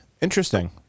interesting